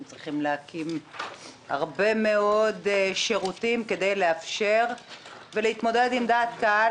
הם צריכים להקים הרבה מאוד שירותים כדי לאפשר ולהתמודד עם דעת קהל